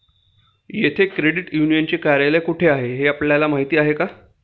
येथे क्रेडिट युनियनचे कार्यालय कोठे आहे हे आपल्याला माहित आहे का?